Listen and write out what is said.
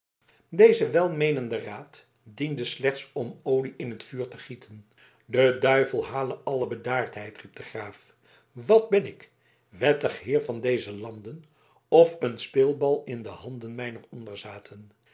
deze welmeenende raad diende slechts om olie in het vuur te gieten de duivel hale alle bedaardheid riep de graaf wat ben ik wettig heer van deze landen of een speelbal in de handen mijner